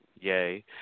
yay